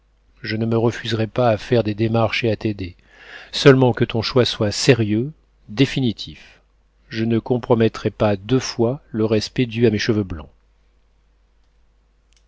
je ne me refuserai pas à faire des démarches et à t'aider seulement que ton choix soit sérieux définitif je ne compromettrai pas deux fois le respect dû à mes cheveux blancs